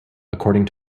according